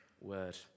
Word